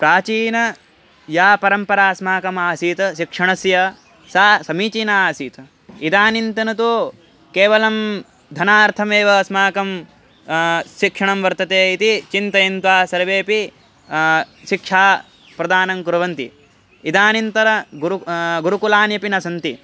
प्राचीना या परम्परा अस्माकम् आसीत् शिक्षणस्य सा समीचीना आसीत् इदानीन्तनः तु केवलं धनार्थमेव अस्माकं शिक्षणं वर्तते इति चिन्तयित्वा सर्वेपि शिक्षाप्रदानं कुर्वन्ति इदानीन्तन गुरुः गुरुकुलाः अपि न सन्ति